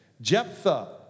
Jephthah